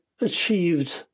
achieved